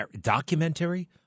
documentary